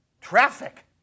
Traffic